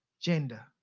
gender